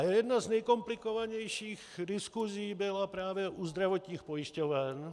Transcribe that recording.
Jedna z nejkomplikovanějších diskusí byla právě u zdravotních pojišťoven.